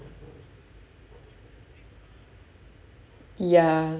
ya